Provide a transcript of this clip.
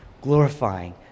glorifying